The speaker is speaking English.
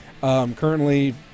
currently